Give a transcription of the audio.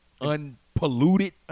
unpolluted